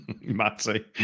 Matty